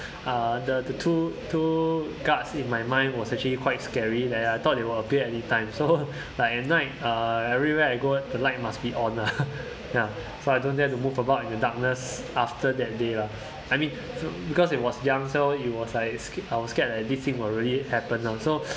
uh the the two two guards in my mind was actually quite scary and I thought it will appear anytime so like at night uh everywhere I go the light must be on lah ya so I don't dare to move about in the darkness after that day lah I mean so~ because it was young so it was like sc~ I was scared like this thing will really happen lah so